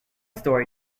story